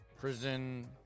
prison